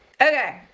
Okay